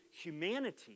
humanity